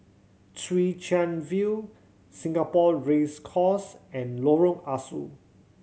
Chwee Chian View Singapore Race Course and Lorong Ah Soo